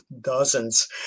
dozens